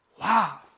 Wow